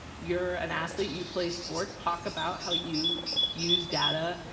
you're an athlete. you play sports, talk about how you use data.